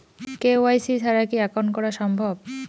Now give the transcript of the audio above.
KYC ছাড়া কি account করা সম্ভব?